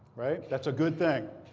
right? that's a good thing.